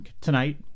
tonight